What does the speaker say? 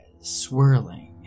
Swirling